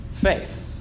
faith